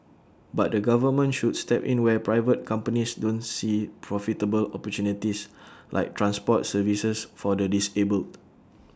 but the government should step in where private companies don't see profitable opportunities like transport services for the disabled